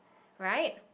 right